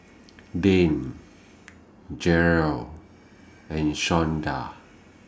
Dane Jerrel and Shawnda